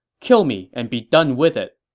kill me and be done with it.